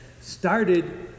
started